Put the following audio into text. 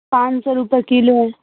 پان سو روپے کلو ہے